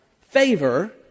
favor